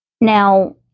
Now